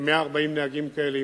כ-140 נהגים כאלה,